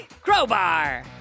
Crowbar